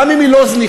גם אם היא לא זניחה,